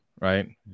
Right